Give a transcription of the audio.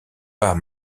pas